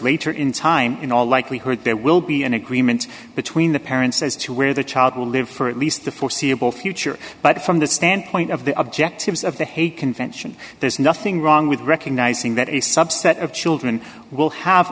later in time in all likelihood there will be an agreement between the parents as to where the child will live for at least the foreseeable future but from the standpoint of the objectives of the hague convention there's nothing wrong with recognizing that a subset of children will have